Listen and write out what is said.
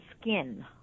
skin